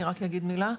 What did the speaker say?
אני רק אגיד מילה,